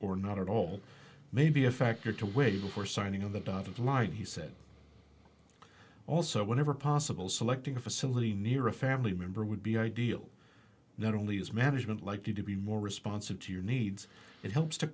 or not at all may be a factor to wit before signing of the dotted line he said also whenever possible selecting a facility near a family member would be ideal not only is management likely to be more responsive to your needs it helps to